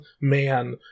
man